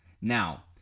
now